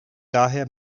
daher